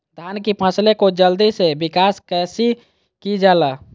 धान की फसलें को जल्दी से विकास कैसी कि जाला?